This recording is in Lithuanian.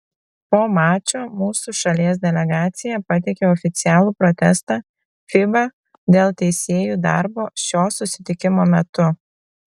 po mačo mūsų šalies delegacija pateikė oficialų protestą fiba dėl teisėjų darbo šio susitikimo metu